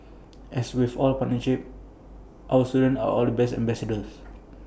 as with all partnerships our students are our best ambassadors